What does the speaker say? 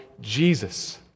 Jesus